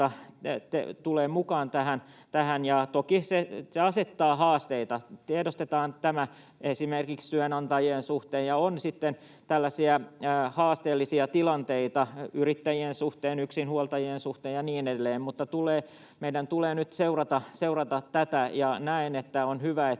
tulevat mukaan tähän. Toki se asettaa haasteita. Tämä tiedostetaan esimerkiksi työnantajien suhteen, ja on tällaisia haasteellisia tilanteita yrittäjien suhteen, yksinhuoltajien suhteen ja niin edelleen, mutta meidän tulee nyt seurata tätä. Näen, että on hyvä, että